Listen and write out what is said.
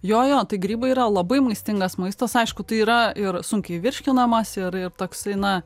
jojo tai grybai yra labai maistingas maistas aišku tai yra ir sunkiai virškinamas ir ir toksai na